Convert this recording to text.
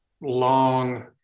long